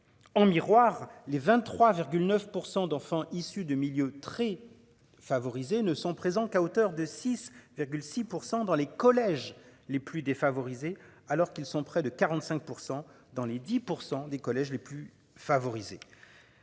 En miroir, les 23,9% d'enfants issus de milieux très favorisés ne sont présents qu'à hauteur de 6,6% dans les collèges les plus défavorisés. Alors qu'ils sont près de 45% dans les 10% des collèges les plus favorisés.